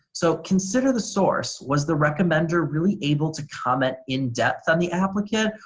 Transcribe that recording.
so consider the source, was the recommender really able to comment in depth on the applicant,